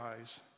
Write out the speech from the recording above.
eyes